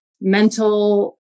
mental